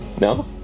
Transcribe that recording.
No